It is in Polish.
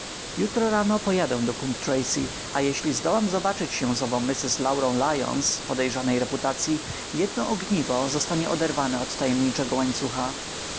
jutro rano pojadę do coombe tracey a jeśli zdołam zobaczyć się z ową mrs laurą lyons podejrzanej reputacyi jedno ogniwo zostanie oderwane od tajemniczego łańcucha